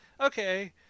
okay